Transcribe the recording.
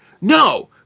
No